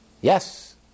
Yes